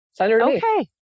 Okay